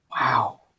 Wow